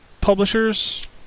publishers